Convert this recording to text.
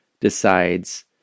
Decides